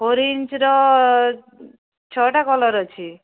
four ଇଞ୍ଚର ଛଅଟା colour ଅଛି